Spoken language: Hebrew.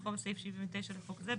כנוסחו בסעיף 79 לחוק זה,